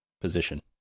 position